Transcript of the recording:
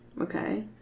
Okay